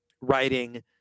writing